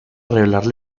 revelar